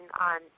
on